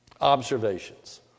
observations